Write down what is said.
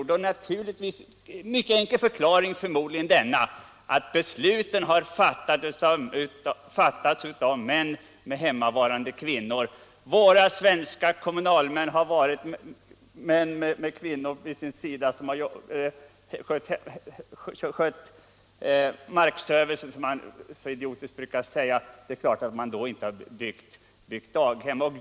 En mycket enkel förklaring är förmodligen att flertalet beslut har fattats av män med hemmavarande kvinnor. Våra svenska kommunalmän har varit män med kvinnor vid sin sida — som skött markservicen, som man så idiotiskt brukar säga. Det är klart att man då inte byggt daghem.